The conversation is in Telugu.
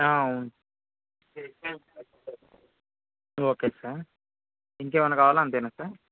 అవును ఒకే సార్ ఇంకేమైనా కావాల అంతేనా సార్